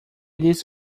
lhes